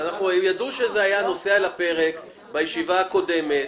הם ידעו שזה היה נושא על הפרק בישיבה הקודמת.